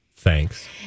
Thanks